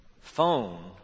phone